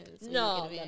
No